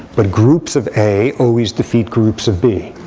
but groups of a always defeat groups of b.